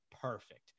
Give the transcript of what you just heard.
perfect